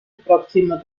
próximo